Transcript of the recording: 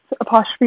apostrophe